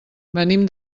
venim